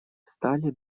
стали